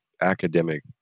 academic